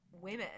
women